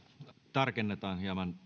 tarkennetaan hieman äskeistä